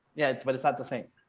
yeah, but it's not the same